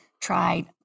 tried